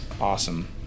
Awesome